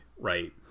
right